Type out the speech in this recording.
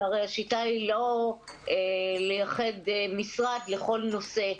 הרי השיטה היא לא לייחד משרד לכל נושא,